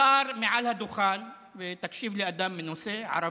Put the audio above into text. מעל הדוכן מותר, ותקשיב לאדם מנוסה, ערבי,